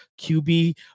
qb